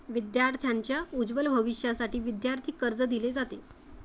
विद्यार्थांच्या उज्ज्वल भविष्यासाठी विद्यार्थी कर्ज दिले जाते